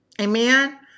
Amen